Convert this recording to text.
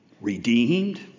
redeemed